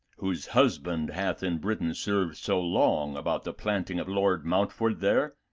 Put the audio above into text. whose husband hath in brittain served so long about the planting of lord mountford there?